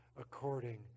according